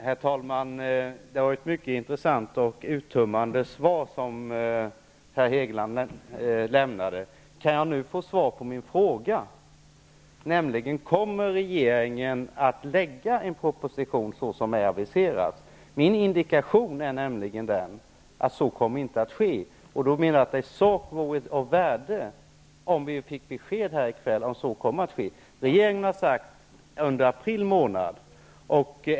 Herr talman! Det var ett mycket intressant och uttömmande svar som herr Hegeland lämnade. Kan jag nu få svar på min fråga, nämligen kommer regeringen att lägga fram en proposition såsom den aviserat? Min indikation är nämligen att så inte kommer att ske. Jag menar att det i sak vore av värde om vi kunde få besked i kväll om att så kommer att ske. Regeringen har sagt under april månad.